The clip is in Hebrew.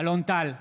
אלון טל,